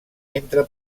entre